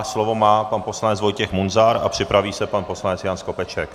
Slovo má pan poslanec Vojtěch Munzar a připraví se pan poslanec Jan Skopeček.